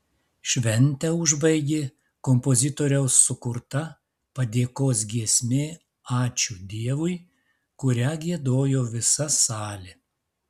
šventę užbaigė kompozitoriaus sukurta padėkos giesmė ačiū dievui kurią giedojo visa salė